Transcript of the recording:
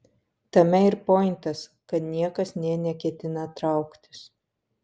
tame ir pointas kad niekas nė neketina trauktis